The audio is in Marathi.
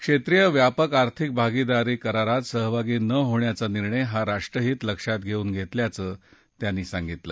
क्षेत्रीय व्यापक आर्थिक भागिदारी करारात सहभागी न होण्याचा निर्णय हा राष्ट्रहित लक्षात घेतल्याचं त्यांनी सांगितलं